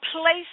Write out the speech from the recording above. place